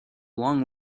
long